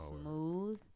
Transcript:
smooth